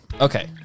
Okay